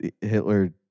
Hitler